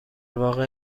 واقع